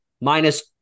minus